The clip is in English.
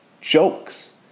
jokes